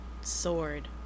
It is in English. sword